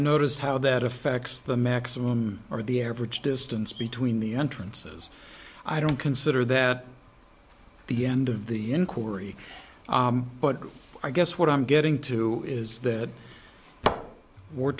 noticed how that affects the maximum or the average distance between the entrances i don't consider that the end of the inquiry but i guess what i'm getting to is that we're